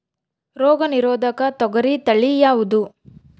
ರೋಗ ನಿರೋಧಕ ತೊಗರಿ ತಳಿ ಯಾವುದು?